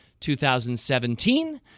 2017